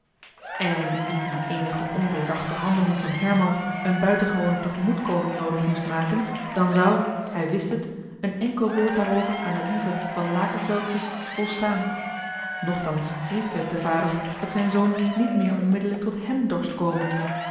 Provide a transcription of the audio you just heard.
en indien eenige ondoordachte handeling van herman een buitengewone tegemoetkoming noodig moest maken dan zou hij wist het een enkel woord daarover aan de lieve van lakerveldjes volstaan nochtans griefde het den vader dat zijn zoon niet meer onmiddellijk tot hèm dorst komen